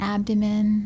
Abdomen